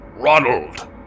Ronald